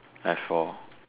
I have four